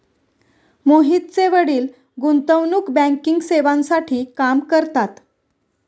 मोहितचे वडील गुंतवणूक बँकिंग सेवांसाठी काम करतात